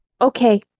Okay